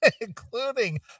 including